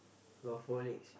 got four legs